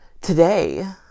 today